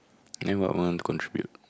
then what you want to contribute